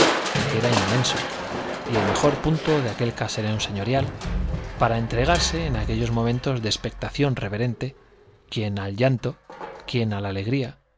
que era y el mejor punto de aquel caserón señorial para entregarse en aquellos momentos de expectación reverente quién al llanto quién á la alegría